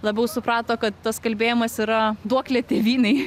labiau suprato kad tas kalbėjimas yra duoklė tėvynei